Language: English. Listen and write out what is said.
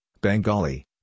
Bengali